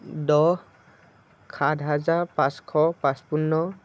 দহ সাত হাজাৰ পাঁচশ পঁচপন্ন